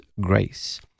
grace